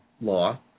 law